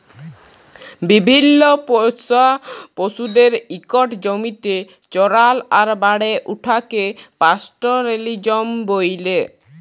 বিভিল্ল্য পোষা পশুদের ইকট জমিতে চরাল আর বাড়ে উঠাকে পাস্তরেলিজম ব্যলে